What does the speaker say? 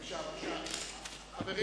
תודה,